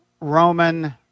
Roman